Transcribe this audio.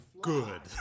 Good